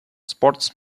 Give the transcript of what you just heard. sports